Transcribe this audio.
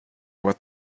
what